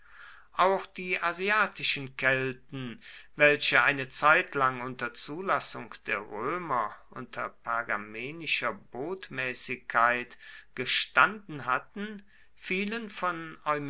auch die asiatischen kelten welche eine zeitlang unter zulassung der römer unter pergamenischer botmäßigkeit gestanden hatten fielen von